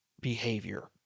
behavior